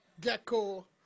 gecko